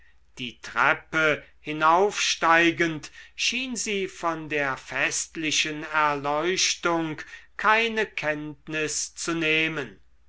die treppe hinaufsteigend schien sie von der festlichen erleuchtung keine kenntnis zu nehmen